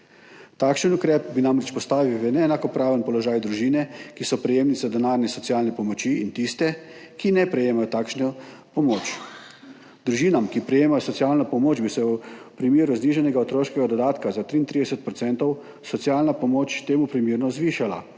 Takšen ukrep bi namreč postavil v neenakopraven položaj družine, ki so prejemnice denarne socialne pomoči, in tiste, ki ne prejemajo takšne pomoči. Družinam, ki prejemajo socialno pomoč, bi se v primeru znižanega otroškega dodatka za 33 % socialna pomoč temu primerno zvišala,